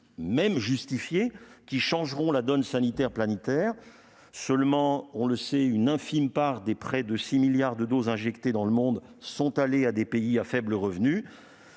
même justifiés, ne changeront pas la donne sanitaire planétaire : seule une infime part des près de 6 milliards de doses injectées dans le monde est allée à des pays à faibles revenus.